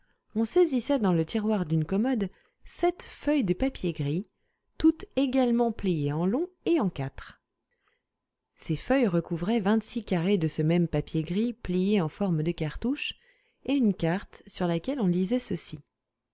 on saisissait dans le tiroir d'une commode sept feuilles de papier gris toutes également pliées en long et en quatre ces feuilles recouvraient vingt-six carrés de ce même papier gris pliés en forme de cartouche et une carte sur laquelle on lisait ceci